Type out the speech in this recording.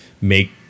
make